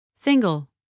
Single